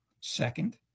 Second